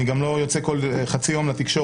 אני גם לא יוצא כל חצי יום לתקשורת,